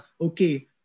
okay